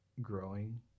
growing